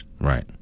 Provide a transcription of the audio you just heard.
Right